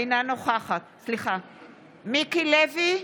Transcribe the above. אינה נוכחת מיקי לוי,